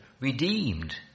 redeemed